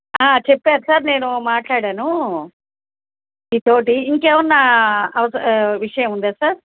చెప్పారు సార్ నేను మాట్లాడాను మీతో ఇంకేమైనా అవస విషయముందా సార్